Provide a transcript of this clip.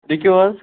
پٔکِو حظ